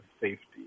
safety